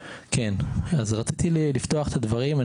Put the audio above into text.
רציתי לפתוח את הדברים.